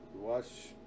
Watch